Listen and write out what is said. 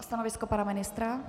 Stanovisko pana ministra? .